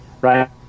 right